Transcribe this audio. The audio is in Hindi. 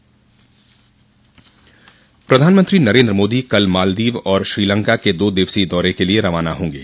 प्रधानमंत्री नरेन्द्र मोदी कल मालदीव और श्रीलंका के दो दिवसीय दौरे के लिये रवाना होंगे